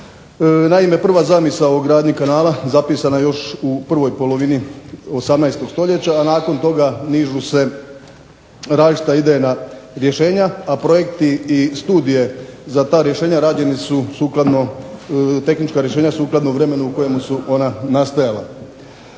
Naime, prva zamisao o gradnji kanala zapisana je još u prvoj polovini 18. stoljeća, a nakon toga nižu se različita idejna rješenja, a projekti i studije za ta rješenja rađeni su sukladno, tehnička rješenja sukladno vremenu u kojemu su ona nastajala.